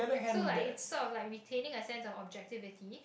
so like it's sort of like retaining a sense of objectivity